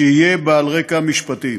שיהיה בעל רקע משפטי.